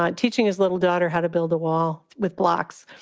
um teaching his little daughter how to build a wall with blocks.